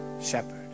Shepherd